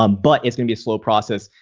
um but it's going be a slow process.